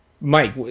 Mike